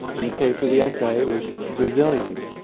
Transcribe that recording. in the case of the essay, it was brazilians.